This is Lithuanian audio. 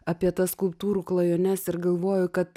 apie tas skulptūrų klajones ir galvoju kad